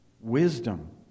wisdom